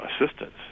assistance